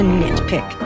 nitpick